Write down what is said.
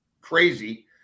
crazy